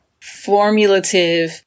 formulative